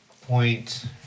point